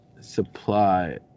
supply